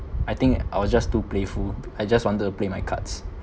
I think I was just too playful I just wanted to play my cards